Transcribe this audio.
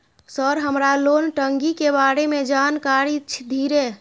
Sir हमरा loan टंगी के बारे में जान कारी धीरे?